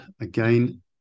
again